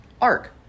Arc